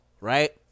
Right